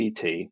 CT